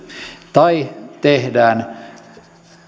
tai tehdään